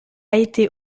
été